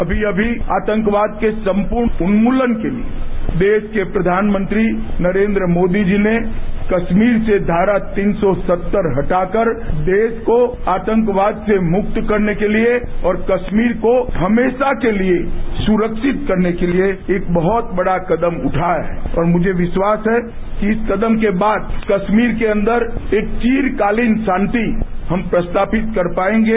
अभी अभी आतंकवाद के संपूर्ण उन्मूलन के लिए देश के प्रधानमंत्री नरेन्द्र मोदी जी ने कश्मीर से धारा तीन सौ सत्तर हटाकर देश को आतंकवाद से मुक्त करने के लिए और कश्मीर को हमेशा के लिए सुरक्षित करने के लिए एक बहुत बड़ा कदम उठाया है और मुझे विश्वास है कि इस कदम के बाद कश्मीर के अंदर एक चिरकालीन शांति हम प्रस्थापित कर पायेंगे